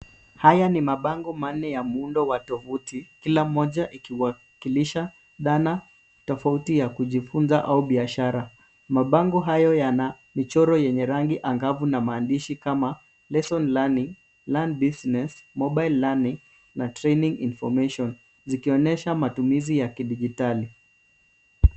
Haya ni mabango manne ya muundo wa tovuti kila moja ikiwakilisha dhana tofauti ya kujifunza au biashara. Mabango hayo yana michoro yenye rangi angavu na maandishi kama lesson learning, learn business, mobile learning na training information zikionyesha matuizi ya kidijitali.